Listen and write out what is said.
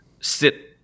sit